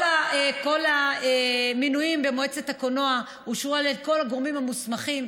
כל המינויים במועצת הקולנוע אושרו על ידי כל הגורמים המוסמכים.